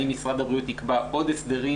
האם משרד הבריאות יקבע עוד הסדרים